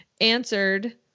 answered